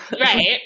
Right